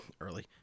early